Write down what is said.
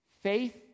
Faith